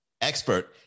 expert